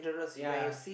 yea